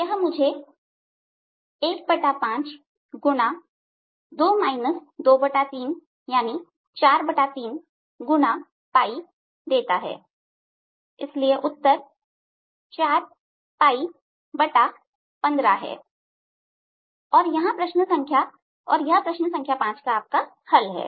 यह मुझे 15× 43देता है इसलिए उत्तर 415है और यह प्रश्न संख्या 5 का हल है